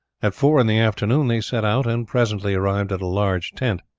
at four in the afternoon they set out and presently arrived at a large tent.